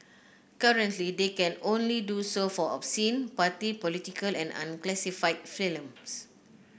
currently they can only do so for obscene party political and unclassified films